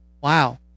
wow